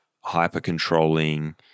hyper-controlling